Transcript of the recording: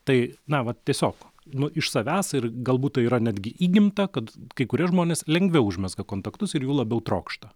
tai na vat tiesiog nu iš savęs ir galbūt tai yra netgi įgimta kad kai kurie žmonės lengviau užmezga kontaktus ir jų labiau trokšta